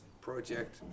project